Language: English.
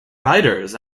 writers